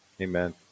Amen